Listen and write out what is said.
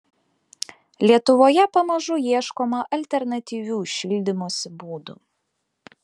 lietuvoje pamažu ieškoma alternatyvių šildymosi būdų